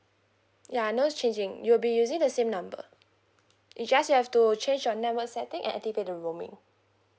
ya no changing you'll be using the same number you just have to change your network setting and activate the roaming